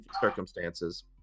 circumstances